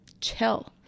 chill